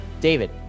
david